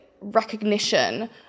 recognition